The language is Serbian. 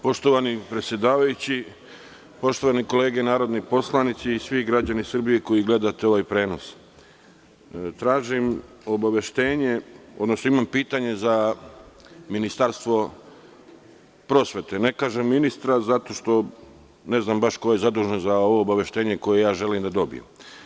Poštovani predsedavajući, poštovane kolege narodni poslanici i svi građani Srbije koji gledate ovaj prenos, tražim obaveštenje, odnosno imam pitanje za Ministarstvo prosvete, ne kažem ministra zato što ne znam ko je zadužen za ovo obaveštenje koje želim da dobijem.